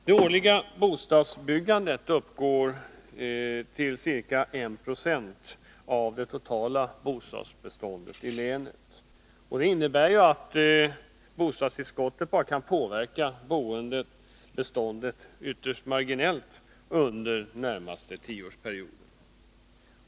Det årliga bostadsbyggandet uppgår till ca 1 76 av det totala bostadsbeståndet i länet. Det innebär att bostadstillskottet bara kan påverka boendebeståndet ytterst marginellt under den närmaste tioårsperioden.